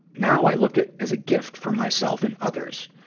now i look at as a gift for myself and others.